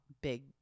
big